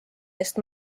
eest